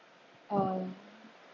oh